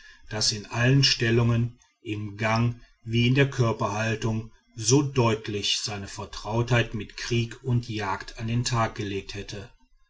das in allen stellungen im gang wie in der körperhaltung so deutlich seine vertrautheit mit krieg und jagd an den tag gelegt hätte